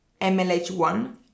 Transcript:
MLH1